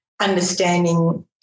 understanding